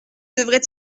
devrait